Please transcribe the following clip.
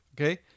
okay